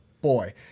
boy